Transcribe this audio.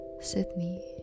Sydney